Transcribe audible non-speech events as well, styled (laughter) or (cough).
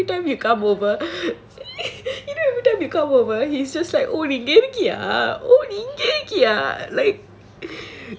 (laughs) you know what every time you come over (laughs) you know every time you come over he's just like நீ இங்க இருக்கியா:nee inga irukiyaa